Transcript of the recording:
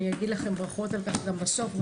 אני אגיד לכם ברכות על כך גם בסוף אבל